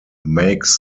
makes